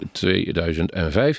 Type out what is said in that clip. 2005